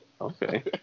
okay